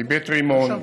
מבית רימון,